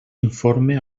informe